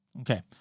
Okay